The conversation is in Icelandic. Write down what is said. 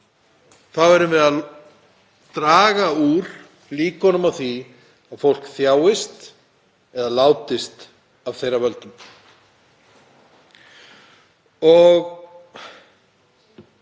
erum við að draga úr líkunum á því að fólk þjáist eða látist af þessum völdum.